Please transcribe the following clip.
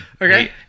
Okay